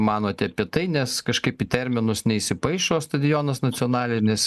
manote apie tai nes kažkaip į terminus neįsipaišo stadionas nacionalinis